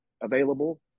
available